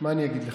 מה אני אגיד לך,